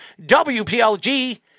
WPLG